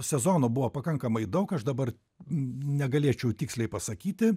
sezonų buvo pakankamai daug aš dabar negalėčiau tiksliai pasakyti